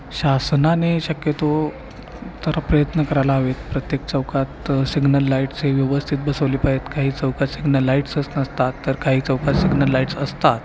शासनाने शक्यतो तर प्रयत्न करायला हवेत प्रत्येक चौकात सिग्नल लाईट्स हे व्यवस्थित बसवले पाहिजेत काही चौकात सिग्नल लाईट्सच नसतात तर काही चौकात सिग्नल लाईट्स असतात